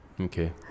okay